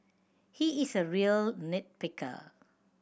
he is a real nit picker